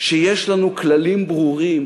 שיש לנו כללים ברורים